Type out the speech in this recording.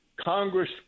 Congress